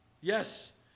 Yes